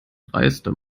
dreiste